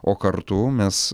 o kartu mes